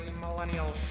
Millennial